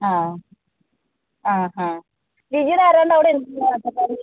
ആ ആ ഹാ ജിജിയുടെ ആരാണ്ട് അവിടെ ഉണ്ടല്ലോ അട്ടപ്പാടി